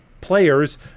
players